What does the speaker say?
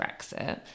Brexit